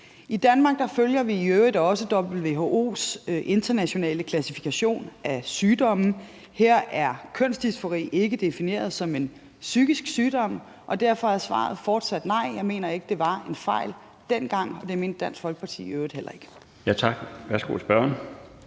I Danmark følger vi i øvrigt også WHO's internationale klassifikation af sygdomme. Her er kønsdysfori ikke defineret som en psykisk sygdom, og derfor er svaret fortsat nej. Jeg mener ikke, det var en fejl dengang, og det mente Dansk Folkeparti i øvrigt heller ikke. Kl. 13:20 Den